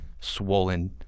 swollen